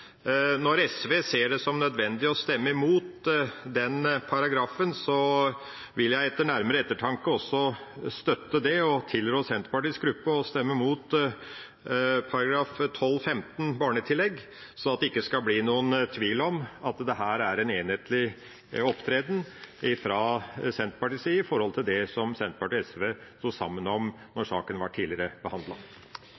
Når SV ser det som nødvendig å stemme imot den paragrafen, vil jeg etter nærmere ettertanke også støtte det og tilrå Senterpartiets gruppe å stemme mot § 12-15 Barnetillegg, sånn at det ikke skal bli noen tvil om at det her er en enhetlig opptreden ifra Senterpartiets side når det gjelder det Senterpartiet og SV stod sammen om da saken tidligere